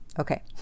Okay